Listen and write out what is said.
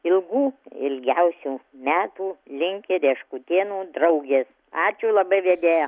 ilgų ilgiausių metų linki reškutėnų draugės ačiū labai vedėja